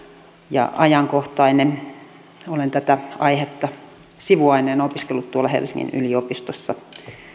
ja ajankohtainen olen tätä aihetta sivuaineena opiskellut tuolla helsingin yliopistossa